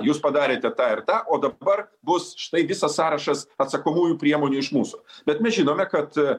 jūs padarėte tą ir tą o dabar bus štai visas sąrašas atsakomųjų priemonių iš mūsų bet mes žinome kad